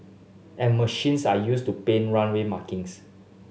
and machines are used to paint runway markings